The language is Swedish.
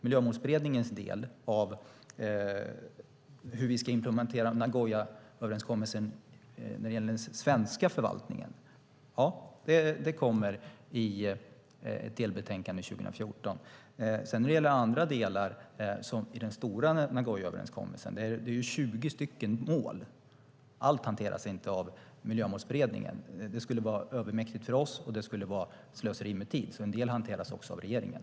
Miljömålsberedningens del av hur vi ska implementera Nagoyaöverenskommelsen när det gäller den svenska förvaltningen kommer i ett delbetänkande 2014. Nagoyaöverenskommelsen är stor och innehåller också andra delar då det ju är 20 mål. Allt hanteras inte av Miljömålsberedningen, för det skulle vara övermäktigt för oss och det skulle vara slöseri med tid, så en del hanteras av regeringen.